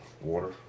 Water